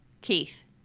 Keith